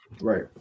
Right